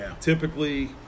Typically